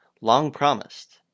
long-promised